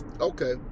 Okay